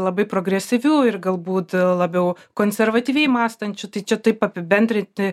labai progresyvių ir galbūt labiau konservatyviai mąstančių tai čia taip apibendrinti